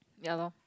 ya lor